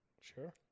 sure